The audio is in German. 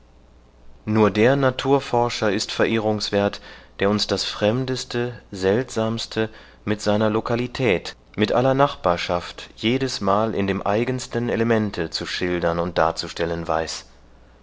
nur der naturforscher ist verehrungswert der uns das fremdeste seltsamste mit seiner lokalität mit aller nachbarschaft jedesmal in dem eigensten elemente zu schildern und darzustellen weiß